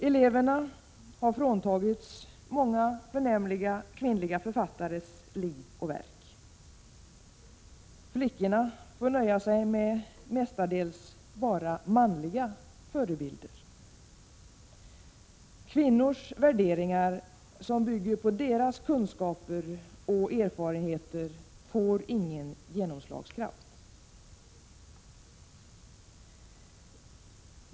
Eleverna har fråntagits många förnämliga kvinnliga författares liv och verk. Flickorna får nöja sig med mestadels bara manliga förebilder. Kvinnors värderingar som bygger på deras kunskaper och erfarenheter får ingen genomslagskraft.